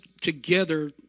together